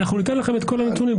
אנחנו ניתן לכם את כל הנתונים.